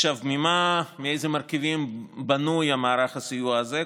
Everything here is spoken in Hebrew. מאיזה מרכיבים בנוי מערך הסיוע הזה?